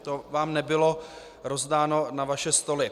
To vám nebylo rozdáno na vaše stoly.